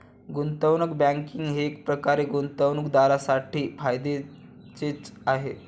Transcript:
गुंतवणूक बँकिंग हे एकप्रकारे गुंतवणूकदारांसाठी फायद्याचेच आहे